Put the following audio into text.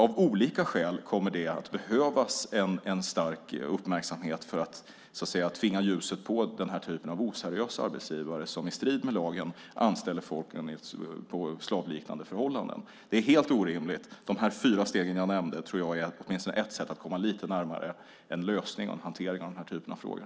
Av olika skäl kommer det att behövas en stark uppmärksamhet för att så att säga tvinga ljuset på denna typ av oseriösa arbetsgivare som i strid med lagen anställer folk under slavliknande förhållanden. Det är helt orimligt. De fyra spår som jag nämnde tror jag åtminstone är ett sätt att komma lite närmare en lösning och en hantering av denna typ av frågor.